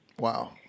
Wow